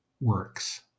works